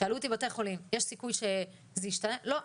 שאלו אותי בתי חולים אם יש סיכוי שזה ישתנה - ולא,